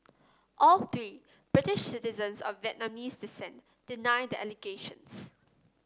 all three British citizens of Vietnamese descent deny the allegations